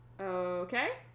Okay